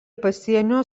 pasienio